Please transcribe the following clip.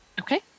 okay